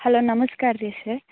hello ನಮಸ್ಕಾರ ರೀ sir